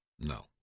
No